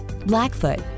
blackfoot